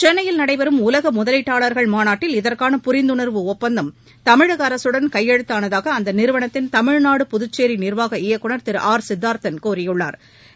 சென்னையில் நடைபெறும் உலக முதலீட்டாளா்கள் மாநாட்டில் இதற்கான புரிந்துணா்வு ஒப்பந்தம் தமிழக அரசுடன் கையெழுத்தானதாக அந்நிறுவனத்தின் தமிழ்நாடு புதுச்சேரி நிர்வாக இயக்குநர் திரு ஆர் சித்தாா்த்தன் கூறியுள்ளாா்